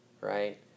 right